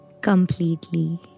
completely